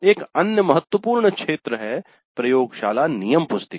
एक अन्य महत्वपूर्ण क्षेत्र है प्रयोगशाला नियम पुस्तिका